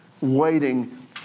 waiting